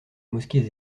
mosquée